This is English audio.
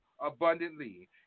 abundantly